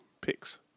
picks